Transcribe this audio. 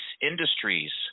industries